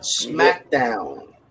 SmackDown